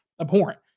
abhorrent